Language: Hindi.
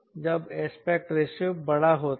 जब एस्पेक्ट रेशियो बड़ा होता है